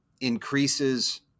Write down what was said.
increases